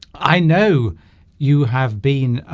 i know you have been